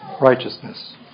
righteousness